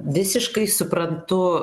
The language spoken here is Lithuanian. visiškai suprantu